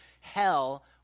hell